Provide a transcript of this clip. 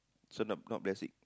so nope not basic